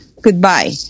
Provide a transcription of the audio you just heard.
goodbye